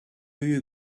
you